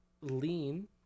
lean